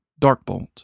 Darkbolt